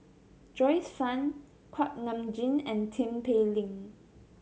Joyce Fan Kuak Nam Jin and Tin Pei Ling